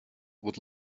would